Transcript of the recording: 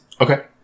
Okay